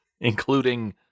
including